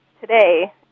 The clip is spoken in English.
today